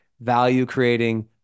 value-creating